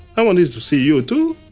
i wanted to see you too.